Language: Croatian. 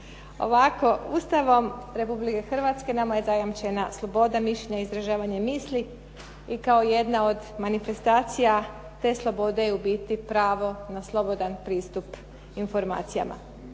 Ovako, Ustavom Republike Hrvatske nama je zajamčena sloboda mišljenja i izražavanje misli i kao jedna od manifestacija te slobode je u biti pravo na slobodan pristup informacijama.